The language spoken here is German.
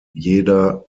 jeder